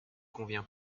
convient